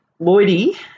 Lloydie